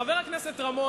חבר הכנסת רמון,